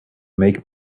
make